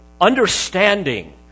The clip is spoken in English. understanding